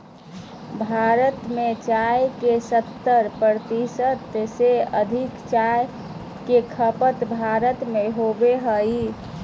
भारत में चाय के सत्तर प्रतिशत से अधिक चाय के खपत भारत में होबो हइ